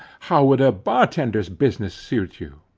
how would a bar-tender's business suit you?